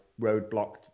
roadblocked